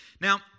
Now